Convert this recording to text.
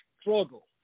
struggle